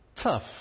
tough